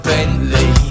Bentley